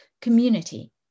community